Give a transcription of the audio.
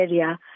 area